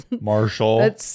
Marshall